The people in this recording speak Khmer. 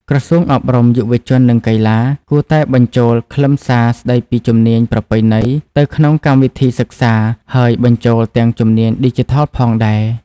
ក្រសួងអប់រំ យុវជន និងកីឡា គួរតែបញ្ចូលខ្លឹមសារស្តីពីជំនាញប្រពៃណីទៅក្នុងកម្មវិធីសិក្សាហើយបញ្ចូលទាំងជំនាញឌីជីថលផងដែរ។